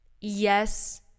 yes